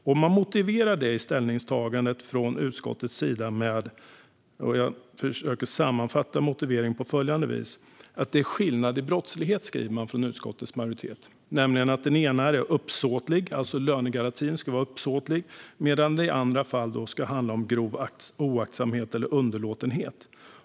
Utskottet motiverar detta med att det är skillnad i brottslighet. När det gäller lönegarantin är den uppsåtlig medan det i andra fall ska handla om grov oaktsamhet eller underlåtenhet.